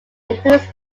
includes